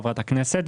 חברת הכנסת.